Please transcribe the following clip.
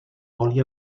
oli